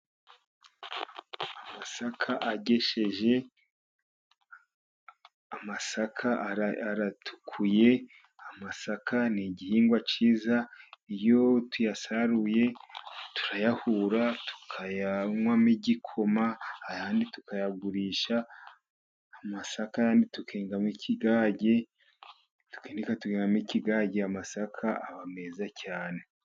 Amasaka agesheje, amasaka aratukuye, amasaka ni igihingwa cyiza, iyo tuyasaruye turayahura, tukayanywamo igikoma, ayandi tukayagurisha, amasaka ayandi tukengamo ikigage, amasaka aba meza cyane.